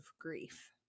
grief